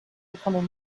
becoming